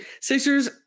sixers